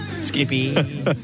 Skippy